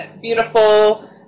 beautiful